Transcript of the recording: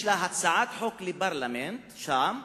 יש לה הצעת חוק לפרלמנט שם,